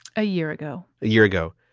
a year ago, a year ago.